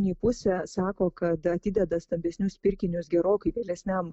nei pusę sako kad atideda stambesnius pirkinius gerokai vėlesniam